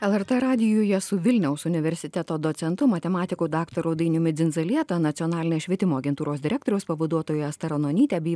lrt radijuje su vilniaus universiteto docentu matematiku daktaru dainiumi dzindzaleta nacionalinės švietimo agentūros direktoriaus pavaduotoja asta ranonytė bei